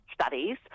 studies